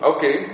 Okay